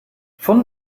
von